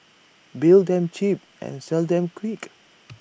build them cheap and sell them quick